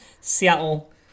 Seattle